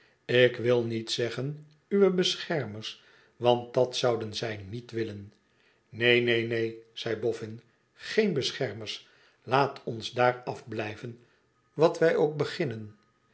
ik wil niet zeggen uwe beschermers want dat zouden zij niet willen neen neen neen zei boffin igeen beschermers laat ons daar afblijven wat wij ook bennen